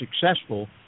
successful